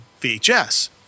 VHS